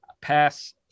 pass